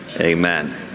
Amen